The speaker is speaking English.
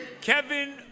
Kevin